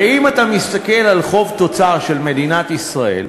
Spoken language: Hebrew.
ואם אתה מסתכל על חוב תוצר של מדינת ישראל,